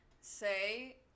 say